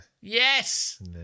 Yes